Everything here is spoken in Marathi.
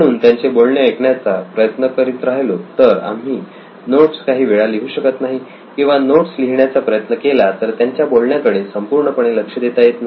म्हणून त्यांचे बोलणे ऐकण्याचा प्रयत्न करत राहिलो तर आम्ही नोट्स काही वेळा लिहू शकत नाही किंवा नोट्स लिहिण्याचा प्रयत्न केला तर त्यांच्या बोलण्याकडे संपूर्णपणे लक्ष देता येत नाही